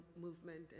movement